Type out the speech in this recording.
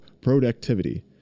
productivity